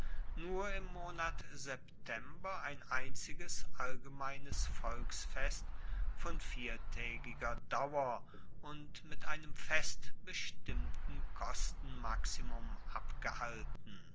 nur im monat september ein einziges allgemeines volksfest von viertaegiger dauer und mit einem fest bestimmten kostenmaximum abgehalten